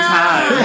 time